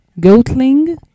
goatling